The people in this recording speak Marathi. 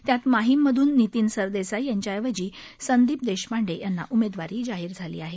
त्यात माहीम मधून नितीन सरदेसाई यांच्या ऐवजी संदीप देशपांडे यांना उमेदवारी जाहीर झाली आहे